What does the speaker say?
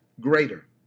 greater